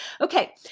Okay